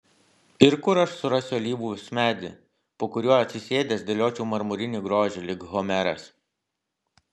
ir kur aš susirasiu alyvos medį po kuriuo atsisėdęs dėliočiau marmurinį grožį lyg homeras